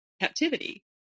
captivity